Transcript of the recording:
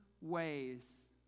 ways